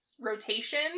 rotation